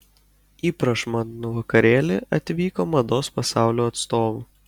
į prašmatnų vakarėlį atvyko mados pasaulio atstovų